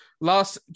Last